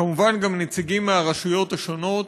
וכמובן גם נציגים מהרשויות השונות,